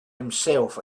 himself